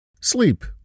Sleep